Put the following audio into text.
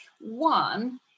one